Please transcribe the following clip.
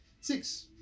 Six